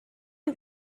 und